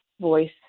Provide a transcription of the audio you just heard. voice